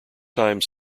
times